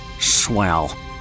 Swell